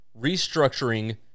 restructuring